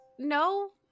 No